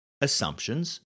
assumptions